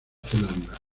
zelanda